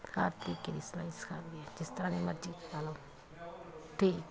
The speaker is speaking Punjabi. ਹਰ ਤਰੀਕੇ ਦੀ ਸਿਲਾਈ ਸਿਖਾਉਂਦੀ ਹਾਂ ਜਿਸ ਤਰ੍ਹਾਂ ਮਰਜ਼ੀ ਦੀ ਸਿਖਾ ਲਓ ਠੀਕ